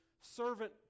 servant